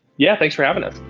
yeah, thanks for having us